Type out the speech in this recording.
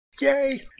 Yay